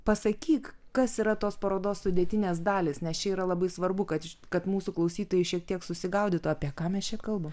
pasakyk kas yra tos parodos sudėtinės dalys nes čia yra labai svarbu kad kad mūsų klausytojai šiek tiek susigaudytų apie ką mes čia kalbam